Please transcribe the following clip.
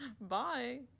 Bye